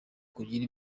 kugira